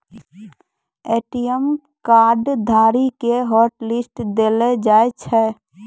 ATM card धारी के hotlist देलो जाय छै